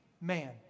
man